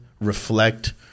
reflect